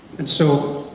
and so,